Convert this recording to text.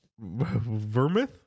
Vermouth